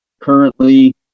Currently